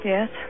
Yes